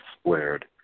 squared